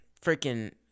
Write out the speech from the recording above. freaking